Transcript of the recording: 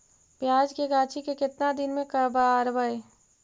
प्याज के गाछि के केतना दिन में कबाड़बै?